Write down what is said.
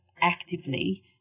actively